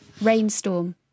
Rainstorm